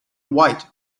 white